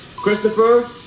Christopher